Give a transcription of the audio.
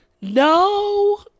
No